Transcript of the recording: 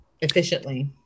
efficiently